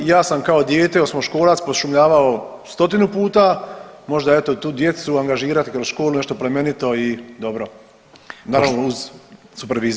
Ja sam kao dijete osmoškolac pošumljavao stotinu puta, možda eto tu djecu angažirati kroz školu, nešto plemenito i dobro naravno uz superviziju.